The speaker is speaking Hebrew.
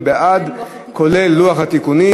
כולל לוח התיקונים.